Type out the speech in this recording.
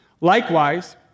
Likewise